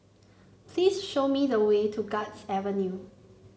please show me the way to Guards Avenue